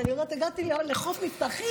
כי אני אומרת: הגעתי לחוף מבטחים.